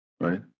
Right